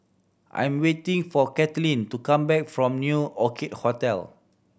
I'm waiting for Kathlyn to come back from New Orchid Hotel